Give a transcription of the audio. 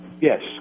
Yes